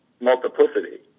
Multiplicity